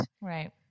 Right